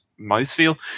mouthfeel